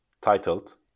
titled